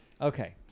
Okay